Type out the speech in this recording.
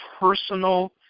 personal